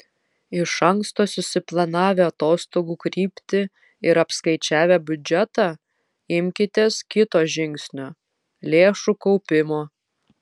iš anksto susiplanavę atostogų kryptį ir apskaičiavę biudžetą imkitės kito žingsnio lėšų kaupimo